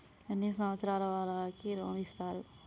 ఎన్ని సంవత్సరాల వారికి లోన్ ఇస్తరు?